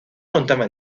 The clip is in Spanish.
contaba